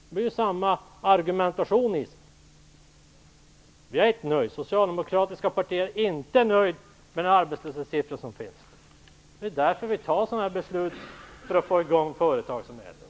Det är ju samma argumentation, Isa Halvarsson. Jag är inte nöjd. Det socialdemokratiska partiet är inte nöjt med den arbetslöshetssiffra som finns. Det är därför vi fattar dessa beslut för att få i gång företagsamheten.